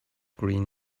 green